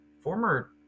former